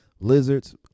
lizards